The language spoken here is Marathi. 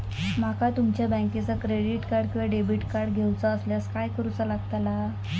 माका तुमच्या बँकेचा क्रेडिट कार्ड किंवा डेबिट कार्ड घेऊचा असल्यास काय करूचा लागताला?